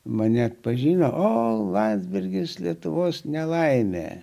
mane atpažino o landsbergis lietuvos nelaime